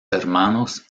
hermanos